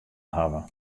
hawwe